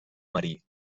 marí